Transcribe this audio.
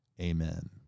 Amen